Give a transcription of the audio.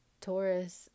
Taurus